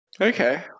Okay